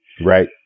Right